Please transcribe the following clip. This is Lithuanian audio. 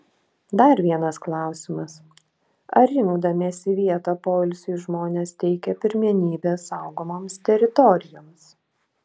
dar vienas klausimas ar rinkdamiesi vietą poilsiui žmonės teikia pirmenybę saugomoms teritorijoms